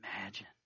imagine